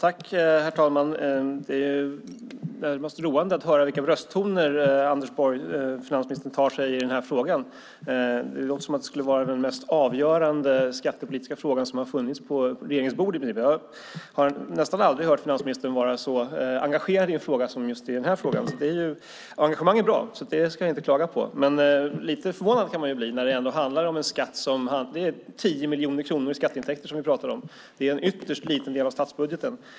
Herr talman! Det är närmast roande att höra vilka brösttoner finansministern tar till i den här frågan. Det låter som om det skulle vara den mest avgörande skattepolitiska fråga som har funnits på regeringens bord. Jag har nästan aldrig hört finansministern vara så engagerad i någon annan fråga. Engagemang är bra, så det ska jag inte klaga på. Lite förvånad kan man bli när det handlar om en skatt som ger 10 miljoner kronor i skatteintäkter. Det är en ytterst liten del av statsbudgeten.